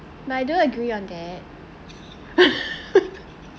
but I don't agree on that